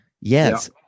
Yes